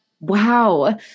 Wow